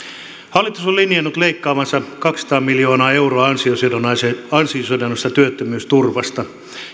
hallitus on linjannut leikkaavansa kaksisataa miljoonaa euroa ansiosidonnaisesta ansiosidonnaisesta työttömyysturvasta